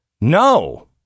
No